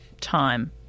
time